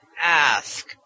ask